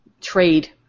trade